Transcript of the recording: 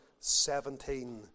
17